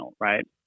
right